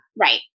right